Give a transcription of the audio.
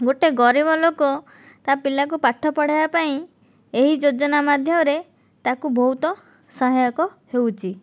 ଗୋଟିଏ ଗରିବ ଲୋକ ତା' ପିଲାକୁ ପାଠ ପଢ଼ାଇବା ପାଇଁ ଏହି ଯୋଜନା ମାଧ୍ୟମରେ ତାକୁ ବହୁତ ସହାୟକ ହେଉଛି